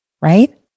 right